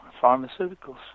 pharmaceuticals